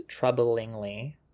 troublingly